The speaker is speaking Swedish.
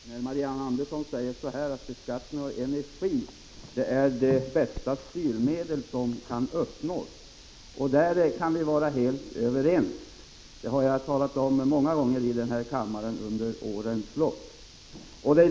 Herr talman! Marianne Andersson säger att beskattning är det bästa styrmedlet när det gäller energi. Det kan vi vara helt överens om. Det har jag under årens lopp sagt många gånger i denna kammare.